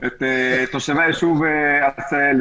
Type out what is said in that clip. את תושבי הישוב עשהאל.